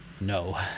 No